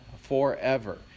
forever